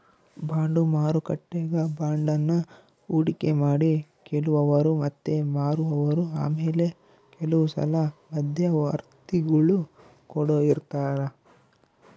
bond ಮಾರುಕಟ್ಟೆಗ ಬಾಂಡನ್ನ ಹೂಡಿಕೆ ಮಾಡಿ ಕೊಳ್ಳುವವರು ಮತ್ತೆ ಮಾರುವವರು ಆಮೇಲೆ ಕೆಲವುಸಲ ಮಧ್ಯವರ್ತಿಗುಳು ಕೊಡ ಇರರ್ತರಾ